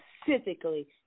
specifically